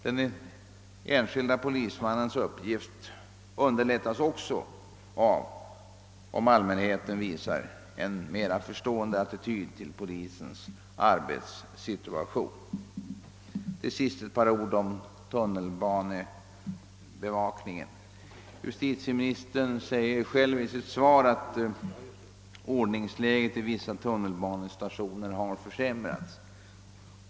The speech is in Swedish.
Den enskilde polismannens uppgift underlättas även, om allmänheten visar en mera förstående attityd till polisens arbetssituation. Till sist ett par ord om tunnelbanebevakningen. Justitieministern påpekar i sitt svar, att ordningsläget i vissa tunnelbanestationer har försämrats.